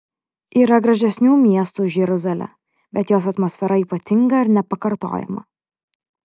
yra gražesnių miestų už jeruzalę bet jos atmosfera ypatinga ir nepakartojama